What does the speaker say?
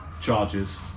charges